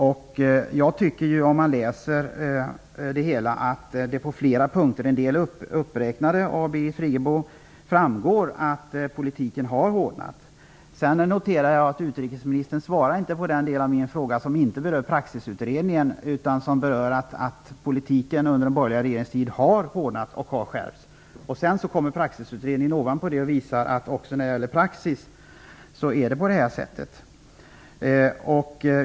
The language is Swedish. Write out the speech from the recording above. Om man läser utredningen framgår det på flera punkter -- av vilka Birgit Friggebo har räknat upp en del -- att politiken har hårdnat. Jag noterade också att kulturministern inte svarade på den del av min fråga som inte berörde praxisutredningen utan som gällde att politiken har skärpts under den borgerliga regeringens tid. Dessutom visar praxisutredningen att det gäller även för praxis.